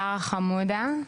שרה חמודה,